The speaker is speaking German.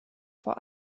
vor